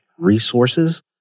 resources